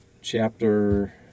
chapter